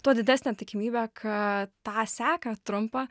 tuo didesnė tikimybė kad tą seką trumpą